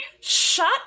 shut